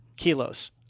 Kilos